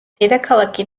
დედაქალაქი